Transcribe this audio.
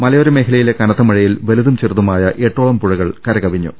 മലയോര മേഖ ലയിലെ കനത്ത മഴയിൽ വലുതും ചെറുതുമായ എട്ടോളം പുഴകൾ കര കവിഞ്ഞു